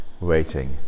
waiting